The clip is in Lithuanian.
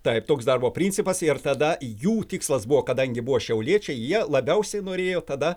taip toks darbo principas ir tada jų tikslas buvo kadangi buvo šiauliečiai jie labiausiai norėjo tada